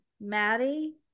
Maddie